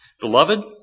Beloved